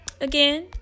again